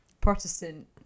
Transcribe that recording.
protestant